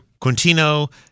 Quintino